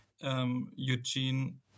Eugene